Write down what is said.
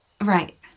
Right